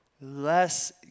less